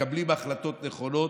מקבלים החלטות נכונות,